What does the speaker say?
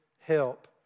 help